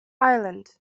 ireland